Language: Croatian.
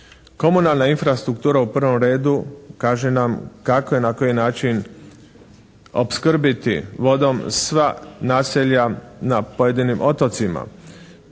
Komunalna infrastruktura u prvom redu kaže nam kako i na koji način opskrbiti vodom sva naselja na pojedinim otocima